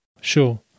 Sure